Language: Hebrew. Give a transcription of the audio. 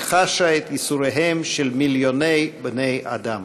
אני חשה את ייסוריהם של מיליוני בני-אדם".